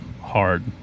hard